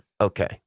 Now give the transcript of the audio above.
Okay